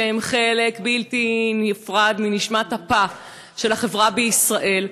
שהם חלק בלתי נפרד מנשמת אפה של החברה בישראל.